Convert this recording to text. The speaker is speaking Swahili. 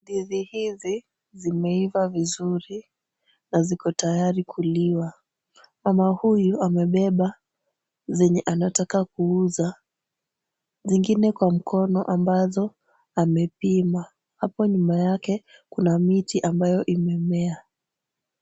Ndizi hizi zimeiva vizuri na ziko tayari kuliwa. Mama huyu amebeba zenye anataka kuuza, zingine kwa mkono ambazo amepima. Hapo nyuma yake kuna miti ambayo imemea.